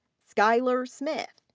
skyler smith.